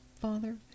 Father